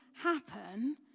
happen